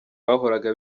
bahoraga